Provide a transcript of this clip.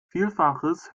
vielfaches